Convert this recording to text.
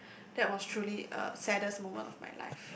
that's was truly a saddest moment of my life